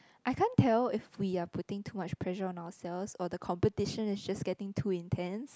I can't tell if we're putting too much pressure on ourselves or the competition is just getting too intense